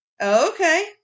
Okay